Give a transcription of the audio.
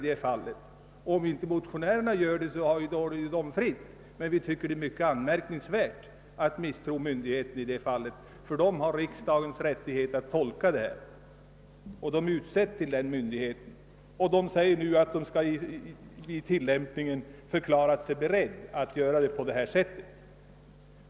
Det står naturligtvis motionärerna fritt att låta bli att göra det, men vi tycker det är anmärkningsvärt att misstro en myndighets klara uttalande.